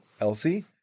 Elsie